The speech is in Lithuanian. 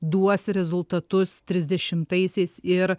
duos rezultatus trisdešimtaisiais ir